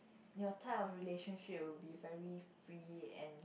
your type of relationship would be very free and